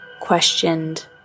questioned